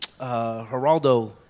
Geraldo